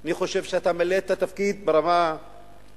אני חושב שאתה ממלא את התפקיד ברמה המיניסטריאלית